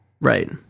Right